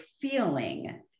feeling